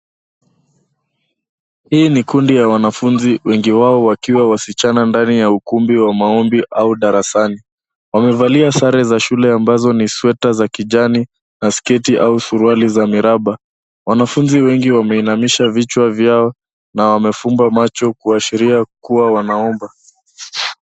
Hii ni kundi ya wanafunzi wengi wao wakiwa wasichana ndani ya ukumbi ya maombi au darasani. Wamevalia sare za shule ambazo ni sweta za kijani na sketi au suruali za miraba. Wanafunzi wengi wameinamisha vichwa vyao na wamefunga macho kuashiria kuwa wanaomba.